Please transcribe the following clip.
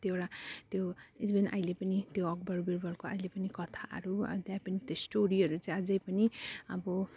कतिवटा त्यो is mean अहिले पनि त्यो अकबर वीरबलको अहिले पनि कथाहरू अध्यापन स्टोरीहरू अझै पनि अब